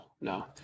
no